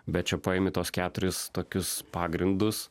bet čia paimi tuos keturis tokius pagrindus